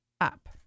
up